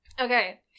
okay